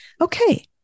Okay